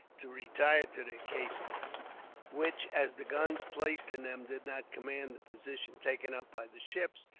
to retire to their casemates which, as the guns placed in them did not command the position taken up by the ships,